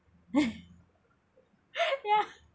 ya